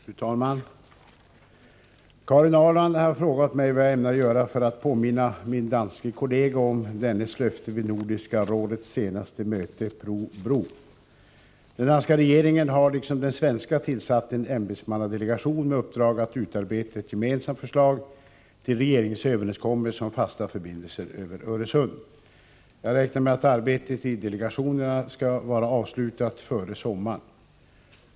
Fru talman! Karin Ahrland har frågat mig vad jag ämnar göra för att påminna min danske kollega om dennes löfte vid Nordiska rådets senaste möte ”pro bro”. Den danska regeringen har liksom den svenska tillsatt en ämbetsmannadelegation med uppdrag att utarbeta ett gemensamt förslag till regeringsöverenskommelse om fasta förbindelser över Öresund. Jag räknar med att arbetet i delegationerna skall vara avslutat före sommaren.